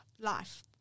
life